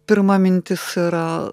pirma mintis yra